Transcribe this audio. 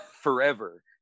forever